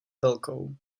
velkou